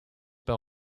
par